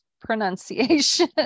pronunciation